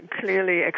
clearly